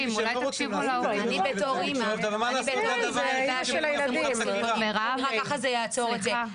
לפעמים ----- ככה זה יעצור את זה.